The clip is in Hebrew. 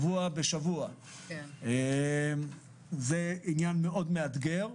זה ענין מאוד מאתגר.